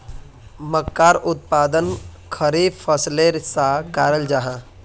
मक्कार उत्पादन खरीफ फसलेर सा कराल जाहा